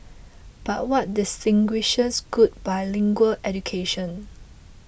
but what distinguishes good bilingual education